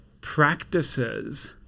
practices